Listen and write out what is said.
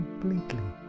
completely